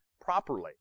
properly